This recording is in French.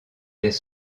des